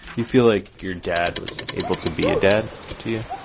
you feel like your dad was able to be a dad to you?